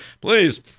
please